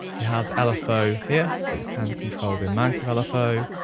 we have lfo here, so we can control the amount of lfo.